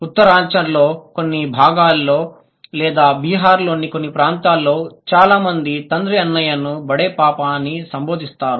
ఉత్తరాంచల్ లోని కొన్ని భాగాలలో లేదా బీహార్ లోని కొన్ని ప్రాంతాల్లో చాలా మంది తండ్రి అన్నయ్యను బడే పాపా అని సంబోధిస్తారు